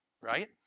Right